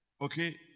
Okay